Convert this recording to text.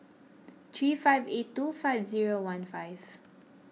three five eight two five zero one five